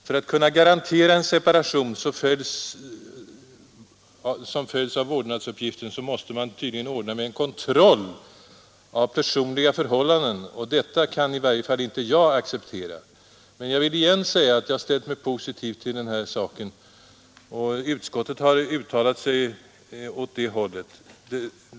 För att kunna garantera att en separation följs av en formlig vårdnadslösning måste man tydligen ordna med en kontroll av personliga förhållanden, och detta kan i varje fall inte jag acceptera. Men jag vill igen säga att jag ställt mig positiv till den här saken, och utskottet har uttalat sig åt det hållet.